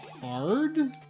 hard